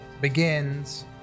begins